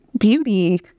beauty